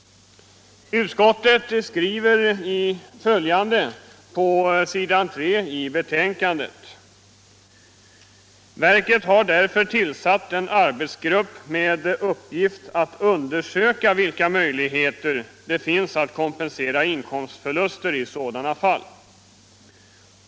Utskottet skriver följande på s. 3 i betänkandet: ”Verket har därför tillsatt en arbetsgrupp med uppgift att undersöka vilka möjligheter det finns att kompensera inkomstförluster i sådana fall.